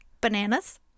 bananas